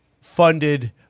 funded